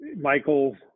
Michael